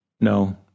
No